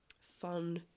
fun